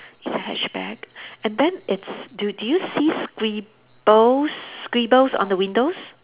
it's a hatchback and then it's do do you see scribbles scribbles on the windows